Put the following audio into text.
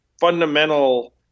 fundamental